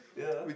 yeah